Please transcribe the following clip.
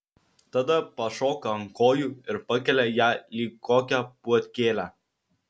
tada pašoka ant kojų ir pakelia ją lyg kokią puodkėlę